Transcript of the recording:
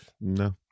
no